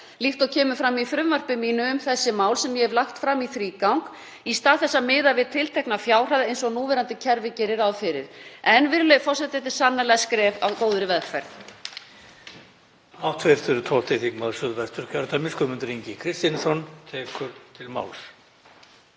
líkt og kemur fram í frumvarpi mínu um þessi mál sem ég hef lagt fram í þrígang, í stað þess að miða við tiltekna fjárhæð, eins og núverandi kerfi gerir ráð fyrir. En, virðulegi forseti, þetta er sannarlega skref á góðri vegferð.